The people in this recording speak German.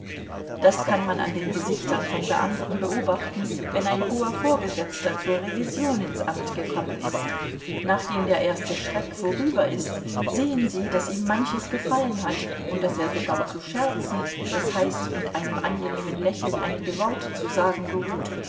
das kann man an den gesichtern von beamten beobachten wenn ein hoher vorgesetzter zur revision ins amt gekommen ist nachdem der erste schreck vorüber ist sehen sie daß ihm manches gefallen hat und daß er sogar zu scherzen das heißt mit einem angenehmen lächeln einige worte zu sagen geruht